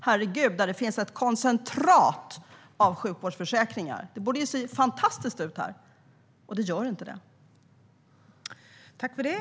Herregud, 15 procent tomma vårdplatser! Det borde ju se fantastiskt ut här, men det gör det inte.